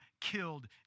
killed